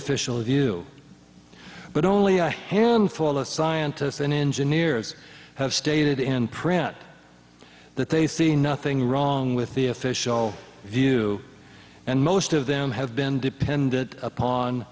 official view but only a handful of scientists and engineers have stated in print that they see nothing wrong with the official view and most of them have been depended upon